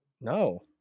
No